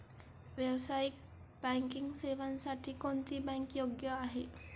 व्यावसायिक बँकिंग सेवांसाठी कोणती बँक योग्य आहे?